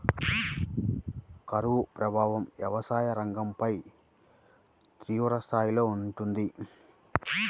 కరువు ప్రభావం వ్యవసాయ రంగంపై తీవ్రస్థాయిలో ఉంటుంది